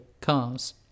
cars